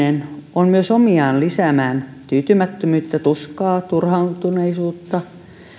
on myös omiaan lisäämään tyytymättömyyttä tuskaa turhautuneisuutta